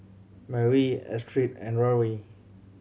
Marie Astrid and Rory